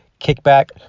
kickback